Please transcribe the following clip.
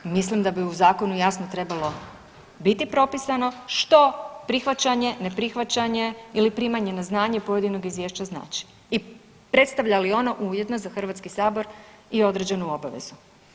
Ja mislim da bi u zakonu jasno trebalo biti propisano što prihvaćanje, neprihvaćanje ili primanje na znanje pojedinog izvješća znači i predstavlja li ono ujedno za Hrvatski sabor i određenu obavezu.